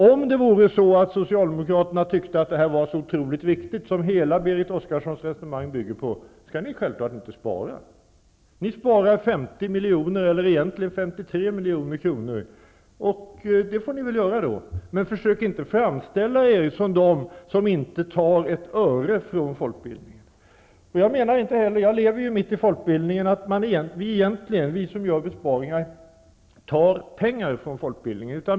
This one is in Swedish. Om socialdemokraterna tyckte att det som Berit Oscarssons resonemang bygger på är så viktigt, skulle ni självklart inte spara. Ni sparar 50 miljoner eller egentligen 53 miljoner, och det får ni väl göra då, men försök inte framställa er som de som inte tar ett öre från folkbildningen! Jag lever mitt i folkbildningen, och jag menar att vi som gör besparingen egentligen inte tar pengar från folkbildningen.